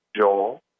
Joel